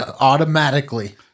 automatically